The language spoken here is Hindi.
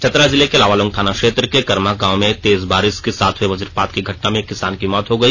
चतरा जिले के लावालौंग थाना क्षेत्र के करमा गांव में तेज बारिश के साथ हुए बजपात की घटना में एक किसान की मौत हो गई